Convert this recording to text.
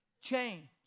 Change